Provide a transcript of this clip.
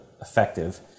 effective